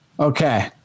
Okay